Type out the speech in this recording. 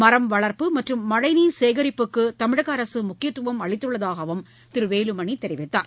மரம் வளர்ப்பு மற்றும் மழைநீர் சேகரிப்புக்கு தமிழக அரசு முக்கியத்துவம் அளித்துள்ளதாகவும் திரு வேலுமணி தெரிவித்தார்